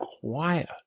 quiet